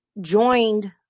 joined